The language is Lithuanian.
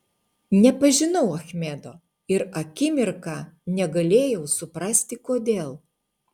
nepažinau achmedo ir akimirką negalėjau suprasti kodėl